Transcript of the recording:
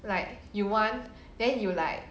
like you want then you like